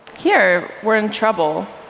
here, we're in trouble,